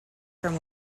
from